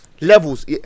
Levels